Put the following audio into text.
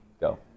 go